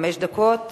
חמש דקות